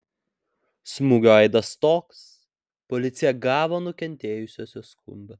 smūgio aidas toks policija gavo nukentėjusiosios skundą